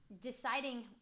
deciding